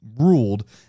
ruled